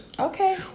okay